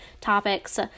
topics